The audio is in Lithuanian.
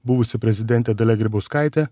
buvusi prezidentė dalia grybauskaitė